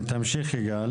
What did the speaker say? אני רוצה לסיים את הדברים.